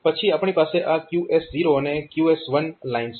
પછી આપણી પાસે આ QS0 અને QS1 લાઇન્સ છે